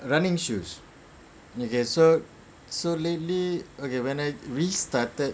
running shoes okay so so lately okay when I restarted